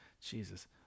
Jesus